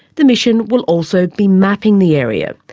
the mission will also be mapping the area.